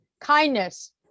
kindness